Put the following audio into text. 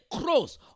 cross